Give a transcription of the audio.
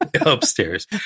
upstairs